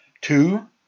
Two